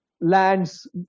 lands